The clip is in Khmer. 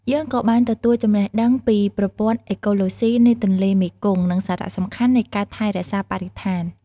យើងក៏បានទទួលចំណេះដឹងពីប្រព័ន្ធអេកូឡូស៊ីនៃទន្លេមេគង្គ និងសារៈសំខាន់នៃការថែរក្សាបរិស្ថាន។